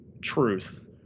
truth